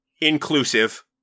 inclusive